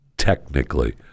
technically